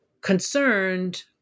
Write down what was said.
concerned